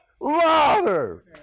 louder